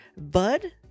bud